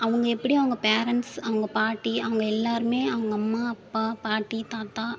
அவங்க எப்படி அவங்க பேரன்ட்ஸ் அவங்க பாட்டி அவங்க எல்லோருமே அவங்க அம்மா அப்பா பாட்டி தாத்தா